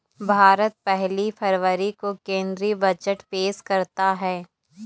भारत पहली फरवरी को केंद्रीय बजट पेश करता है